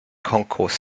concourse